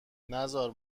نزار